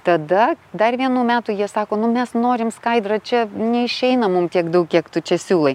tada dar vienų metų jie sako nu mes norim skaidra čia neišeina mum tiek daug kiek tu čia siūlai